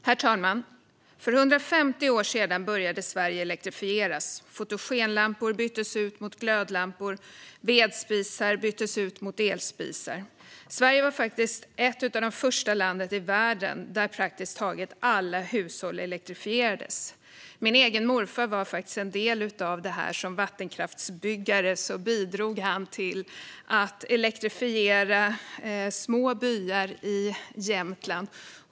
Herr talman! För 150 år sedan började Sverige elektrifieras. Fotogenlampor byttes ut mot glödlampor. Vedspisar byttes ut mot elspisar. Sverige var faktiskt ett av de första länderna i världen där praktiskt taget alla hushåll elektrifierades. Min egen morfar var en del av det här. Som vattenkraftsbyggare bidrog han till att elektrifiera små byar i Jämtland.